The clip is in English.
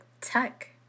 tech